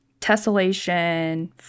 tessellation